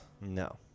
No